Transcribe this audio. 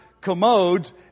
commodes